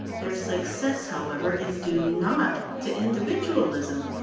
their success, however, is due not to individualism,